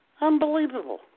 Unbelievable